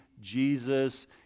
Jesus